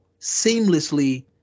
seamlessly